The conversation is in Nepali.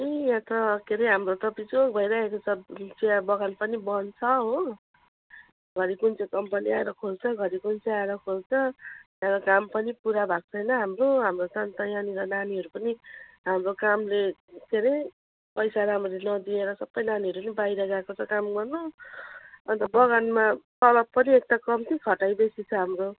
ए यहाँ त के अरे हाम्रो त बिजोग भइरहेको छ यी चिया बगान पनि बन्द छ हो घरि कुन चाहिँ कम्पनी आएर खोल्छ घरि कुन चाहिँ आएर खोल्छ यहाँ काम पनि पुरा भएको छैन हाम्रो हाम्रो त अन्त यहाँनिर नानीहरू पनि हाम्रो कामले के अरे पैसा राम्ररी नदिएर सबै नानीहरू पनि बाहिर गएको छ काम गर्नु अन्त बगानमा तलब पनि एक त कम्ती खटाइ बेसी छ हाम्रो